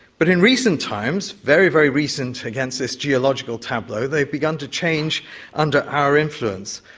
but in recent times very, very recent against this geological tableau they've begun to change under our influence.